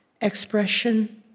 expression